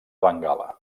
bengala